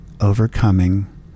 overcoming